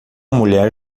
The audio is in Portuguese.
mulher